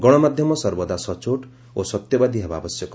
ଗଶମାଧ୍ୟମ ସର୍ବଦା ସଚୋଟ ଓ ସତ୍ୟବାଦୀ ହେବା ଆବଶ୍ୟକ